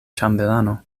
ĉambelano